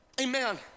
Amen